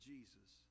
Jesus